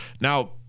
now